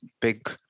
big